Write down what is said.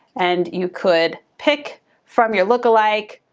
and you could pick from your lookalike,